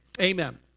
Amen